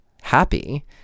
happy